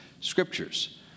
scriptures